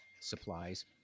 supplies